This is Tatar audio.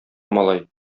малай